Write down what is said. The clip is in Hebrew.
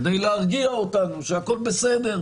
כדי להרגיע אותנו שהכול בסדר,